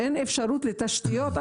אין אפשרות לתשתיות.